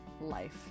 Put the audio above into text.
life